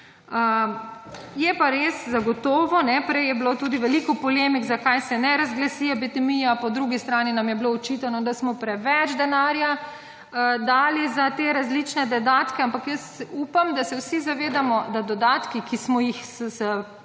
Je pa res zagotovo, prej je bilo tudi veliko polemik, zakaj se ne razglasi epidemija, po drugi strani nam je bilo očitano, da smo preveč denarja dali za te različne dodatke, ampak jaz upam, da se vsi zavedamo, da dodatki, ki smo jih s